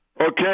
Okay